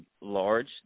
large